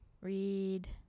read